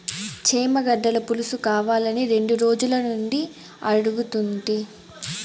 చేమగడ్డల పులుసుకావాలని రెండు రోజులనుంచి అడుగుతుంటి